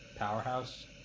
powerhouse